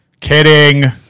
kidding